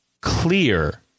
clear